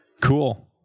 Cool